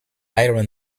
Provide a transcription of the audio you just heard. iron